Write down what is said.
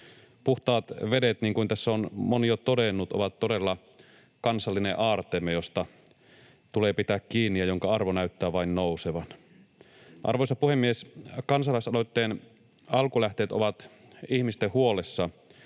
Puhtaat vedet, niin kuin tässä on moni jo todennut, ovat todella kansallinen aarteemme, josta tulee pitää kiinni ja jonka arvo näyttää vain nousevan. Arvoisa puhemies! Kansalaisaloitteen alkulähteet ovat ihmisten huolessa,